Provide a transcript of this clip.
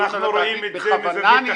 אנחנו רואים את זה מזווית אחרת.